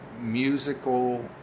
musical